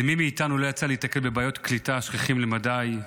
למי מאיתנו לא יצא להיתקל בבעיות קליטה שכיחות למדי.